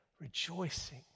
Rejoicing